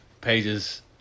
pages